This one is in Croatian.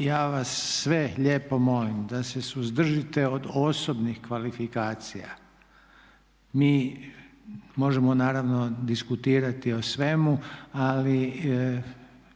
ja vas sve lijepo molim da se suzdržite od osobnih kvalifikacija. Mi možemo naravno diskutirati o svemu, ali